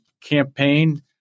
campaign